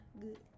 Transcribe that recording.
Good